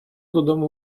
додому